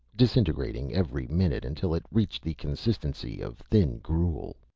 disintegrating every minute until it reached the consistency of thin gruel.